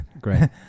Great